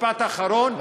משפט אחרון,